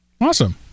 Awesome